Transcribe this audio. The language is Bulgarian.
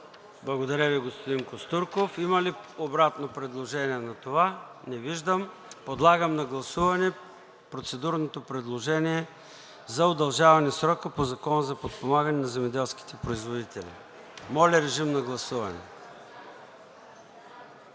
Благодаря Ви, господин Костурков. Има ли обратно предложение на това? Не виждам. Подлагам на гласуване процедурното предложение за удължаване срока по Закона за подпомагане на земеделските производители. Моля, режим на гласуване.